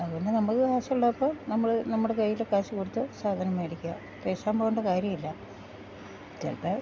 അത് പിന്ന നമ്മള്ള് കാശ്ള്ളപ്പൊ നമ്മള് നമ്മടെ കയ്യിലെ കാശ് കൊട്ത്ത് സാധനം മേടിക്ക്യ പേശാൻ പോവണ്ട കാര്യ ഇല്ല ചെലപ്പ